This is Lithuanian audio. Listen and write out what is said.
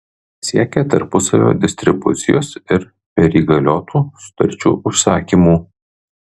siekia tarpusavio distribucijos ir perįgaliotų sutarčių užsakymų